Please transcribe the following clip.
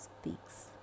speaks